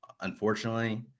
Unfortunately